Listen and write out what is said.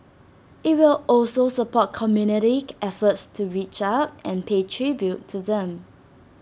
IT will also support community efforts to reach out and pay tribute to them